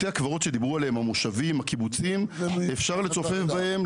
בתי הקברות שדיברו עליהם המושבים ,הקיבוצים ,אפשר לצופף בהם,